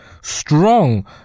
strong